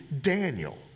Daniel